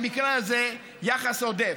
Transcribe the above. ובמקרה הזה יחס עודף.